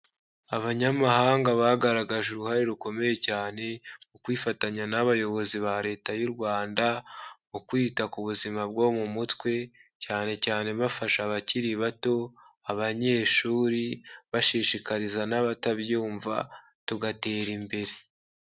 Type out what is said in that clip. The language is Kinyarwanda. Abanyamahanga bagaragaje uruhare rukomeye cyane mu kwifatanya n'abayobozi ba leta y'u Rwanda mu kwita ku buzima bwo mu mutwe cyane cyane bafasha abakiri bato, abanyeshuri, bashishikariza n'abatabyumva tugatera imbere.